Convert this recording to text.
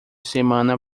semana